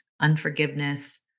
unforgiveness